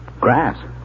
Grass